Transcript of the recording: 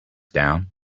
down